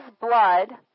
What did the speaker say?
blood